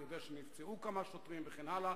אני יודע שנפצעו כמה שוטרים וכן הלאה,